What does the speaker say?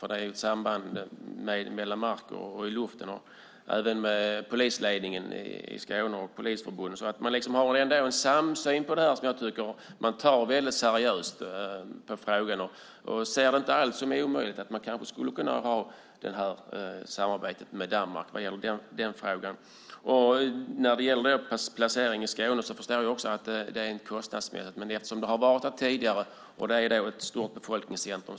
Det finns ju ett samband mellan mark och luft. Jag har även haft kontakt med polisledningen och Polisförbundet. Det finns en samsyn kring detta som jag tycker att man tar väldigt seriöst. Det ses inte alls som omöjligt att kunna ha ett samarbete med Danmark. När det gäller placeringen i Skåne förstår jag att det är en kostnadsfråga. Det har dock funnits helikopter där tidigare, och det är ett stort befolkningscentrum.